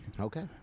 Okay